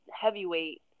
heavyweight